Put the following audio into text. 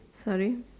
sorry